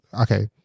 okay